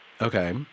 Okay